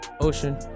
ocean